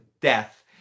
death